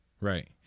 right